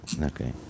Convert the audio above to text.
Okay